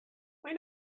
why